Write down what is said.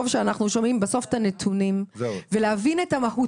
שאנחנו שומעים בסוף את הנתונים ולהבין את המהות